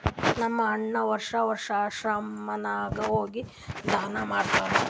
ನಮ್ ಅಣ್ಣಾ ವರ್ಷಾ ವರ್ಷಾ ಆಶ್ರಮ ನಾಗ್ ಹೋಗಿ ದಾನಾ ಮಾಡ್ತಾನ್